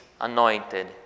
anointed